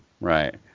right